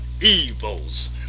evils